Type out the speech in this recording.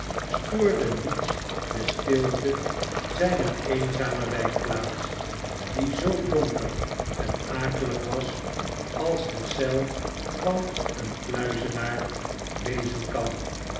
stoorde niets de stilte zijner eenzame wijkplaats die zoo donker en akelig was als de eel van een kluizenaar wezen kan